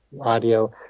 audio